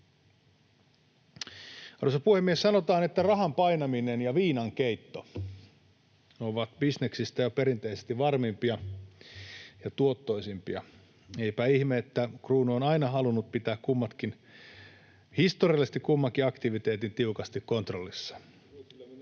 Arvoisa puhemies! Sanotaan, että rahan painaminen ja viinankeitto ovat bisneksistä jo perinteisesti varmimpia ja tuottoisimpia. Eipä ihme, että kruunu on historiallisesti aina halunnut pitää kummankin aktiviteetin tiukasti kontrollissa.